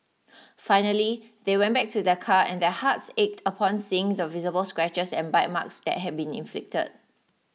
finally they went back to their car and their hearts ached upon seeing the visible scratches and bite marks that had been inflicted